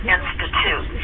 Institute